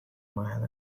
mile